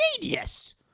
genius